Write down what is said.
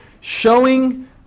showing